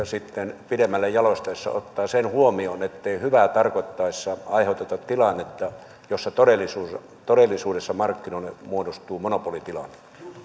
sitten pidemmälle jalostaessaan ottavat sen huomioon ettei hyvää tarkoitettaessa aiheuteta tilannetta jossa todellisuudessa markkinoille muodostuu monopolitilanne